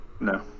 no